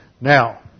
Now